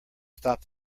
stop